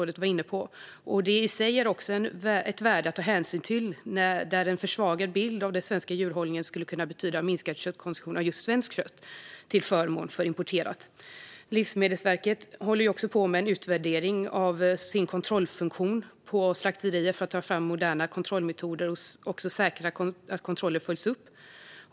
Detta är också i sig ett värde att ta hänsyn till, eftersom en försvagad bild av den svenska djurhållningen skulle kunna betyda minskad konsumtion av just svenskt kött till förmån för importerat. Livsmedelsverket håller också på med en utvärdering av sin kontrollfunktion på slakterier för att ta fram moderna kontrollmetoder och säkra att kontroller följs upp.